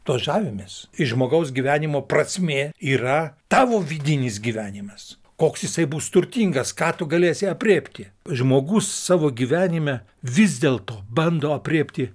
tuo žavimės iš žmogaus gyvenimo prasmė yra tavo vidinis gyvenimas koks jisai bus turtingas ką tu galėsi aprėpti žmogus savo gyvenime vis dėlto bando aprėpti